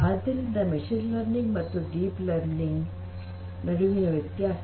ಆದ್ದರಿಂದ machine learning ಮತ್ತು deep learning ನಡುವಿನ ವ್ಯತ್ಯಾಸಗಳು